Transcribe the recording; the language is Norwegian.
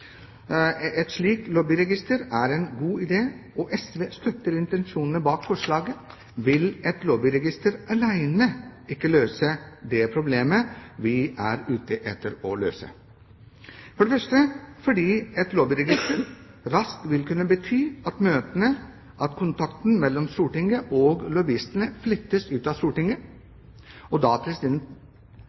lobbyregister er en god idé og SV støtter intensjonene bak forslaget, vil et lobbyregister alene ikke løse det problemet vi er ute etter å løse. For det første vil et lobbyregister raskt kunne bety at kontakten mellom Stortinget og lobbyistene flyttes ut av Stortinget, og da